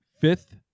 fifth